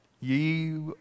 ye